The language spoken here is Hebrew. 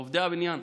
עובדי הבניין,